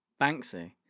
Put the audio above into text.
Banksy